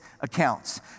accounts